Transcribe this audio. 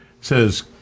says